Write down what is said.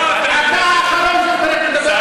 אתה ראש עיר של דימונה,